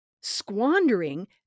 squandering